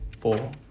four